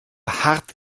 hart